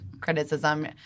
criticism